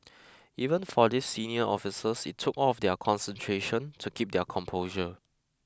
even for these senior officers it took all of their concentration to keep their composure